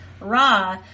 raw